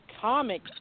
comic